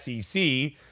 SEC